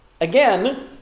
Again